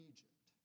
Egypt